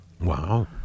Wow